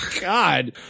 god